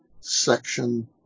section